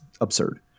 absurd